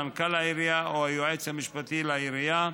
מנכ"ל העירייה או היועץ המשפטי לעירייה,